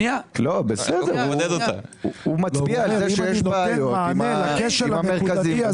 הוא מצביע על כך שיש בעיות עם המרכזים.